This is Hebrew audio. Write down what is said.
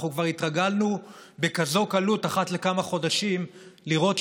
אנחנו כבר התרגלנו בכזאת קלות לראות אחת לכמה חודשים שבחלק